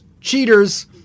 cheaters